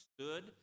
stood